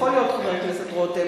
יכול להיות, חבר הכנסת רותם,